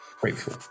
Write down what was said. grateful